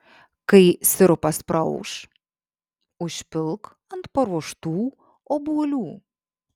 kai sirupas praauš užpilk ant paruoštų obuolių